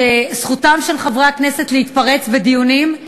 שזכותם של חברי הכנסת להתפרץ בדיונים,